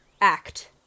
act